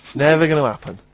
never gonna happen